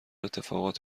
اتفاقات